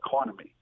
economy